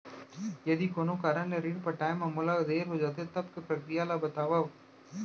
यदि कोनो कारन ले ऋण पटाय मा मोला देर हो जाथे, तब के प्रक्रिया ला बतावव